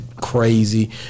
crazy